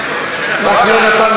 בחשבון.